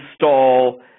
install